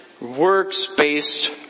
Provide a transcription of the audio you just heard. works-based